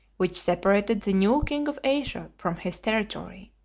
which separated the new king of asia from his territory.